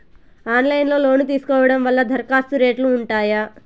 Online లో loan తీసుకోవడం వల్ల దరఖాస్తు రేట్లు ఉంటాయా?